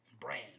brand